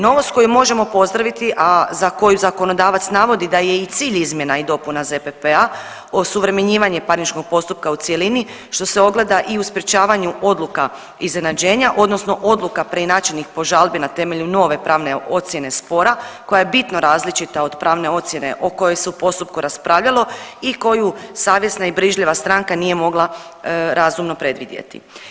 Novost koju možemo pozdraviti, a za koju zakonodavac navodi da je i cilj izmjena i dopuna ZPP-a osuvremenjivanje parničkog postupka u cjelini što se ogleda i u sprječavanju odluka iznenađenja odnosno odluka preinačenih po žalbi na temelju nove pravne ocjene spora koja je bitno različita od pravne ocjene o kojoj se u postupku raspravljalo i koju savjesna i brižljiva stranka nije mogla razumno predvidjeti.